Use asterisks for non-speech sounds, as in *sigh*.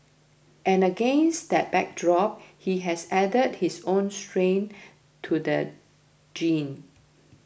and against that backdrop he has added his own strain *noise* to the genre